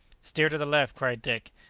steer to the left! cried dick,